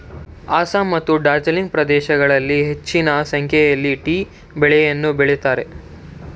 ಅಸ್ಸಾಂ ಮತ್ತು ಡಾರ್ಜಿಲಿಂಗ್ ಪ್ರದೇಶಗಳಲ್ಲಿ ಹೆಚ್ಚಿನ ಸಂಖ್ಯೆಯಲ್ಲಿ ಟೀ ಬೆಳೆಯನ್ನು ಬೆಳಿತರೆ